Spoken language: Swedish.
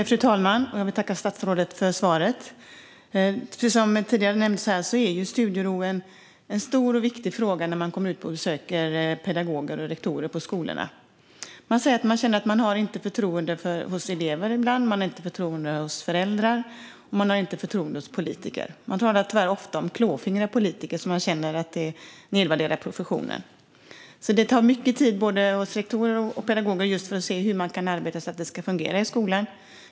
Fru talman! Jag vill tacka statsrådet för svaret. Precis som tidigare nämndes är studiero en stor och viktig fråga när vi kommer ut och träffar pedagoger och rektorer på skolorna. Man säger att man ibland känner att man inte har elevernas förtroende. Man har inte föräldrarnas förtroende, och man har inte politikernas förtroende. Man talar tyvärr ofta om klåfingriga politiker, som man känner nedvärderar professionen. Det tar mycket tid både för pedagoger och för rektorer att se hur de kan arbeta så att det ska fungera i skolan.